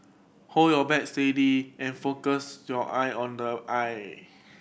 hold your bat steady and focus your eye on the eye